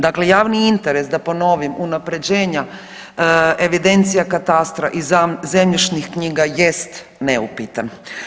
Dakle javni interes da ponovim unaprjeđenja evidencija katastra i zemljišnih knjiga jest neupitan.